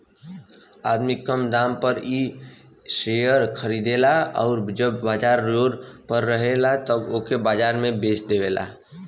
आदमी कम दाम पर इ शेअर खरीदेला आउर जब बाजार जोर पर रहेला तब ओके बाजार में बेच देवेला